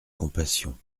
compassion